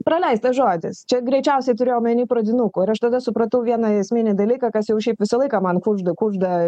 praleistas žodis čia greičiausiai turėjo omeny pradinukų ir aš tada supratau vieną esminį dalyką kas jau šiaip visą laiką man kužd kužda